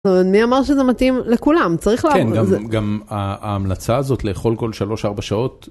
מי אמר שזה מתאים לכולם, צריך לעבוד. כן, גם ההמלצה הזאת לאכול כל שלוש-ארבע שעות,